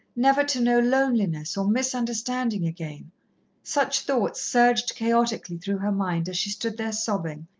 never to know loneliness, or misunderstanding again such thoughts surged chaotically through her mind as she stood there sobbing,